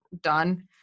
done